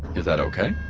is that okay?